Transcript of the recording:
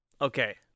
Okay